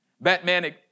Batman